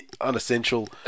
Unessential